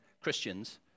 Christians